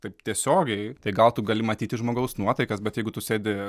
taip tiesiogiai tai gal tu gali matyti žmogaus nuotaikas bet jeigu tu sėdi